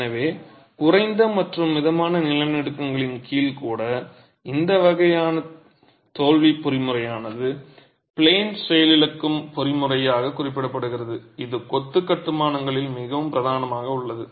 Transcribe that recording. எனவே குறைந்த மற்றும் மிதமான நிலநடுக்கங்களின் கீழ் கூட இந்த வகையான தோல்வி பொறிமுறையானது ப்ளேன் செயலிழக்கும் பொறிமுறையாகக் குறிப்பிடப்படுகிறது இது கொத்து கட்டுமானங்களில் மிகவும் பிரதானமாக உள்ளது